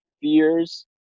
fears